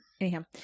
Anyhow